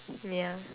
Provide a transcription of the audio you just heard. ya